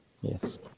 Yes